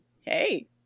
Hey